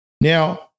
Now